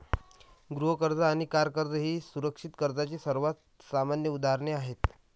गृह कर्ज आणि कार कर्ज ही सुरक्षित कर्जाची सर्वात सामान्य उदाहरणे आहेत